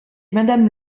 madame